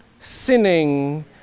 sinning